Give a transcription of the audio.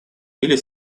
или